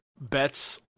bets